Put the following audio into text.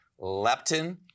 Leptin